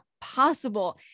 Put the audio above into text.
possible